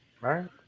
right